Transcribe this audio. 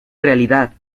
realidad